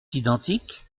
identiques